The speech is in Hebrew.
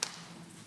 את